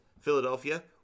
Philadelphia